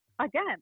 again